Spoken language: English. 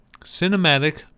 cinematic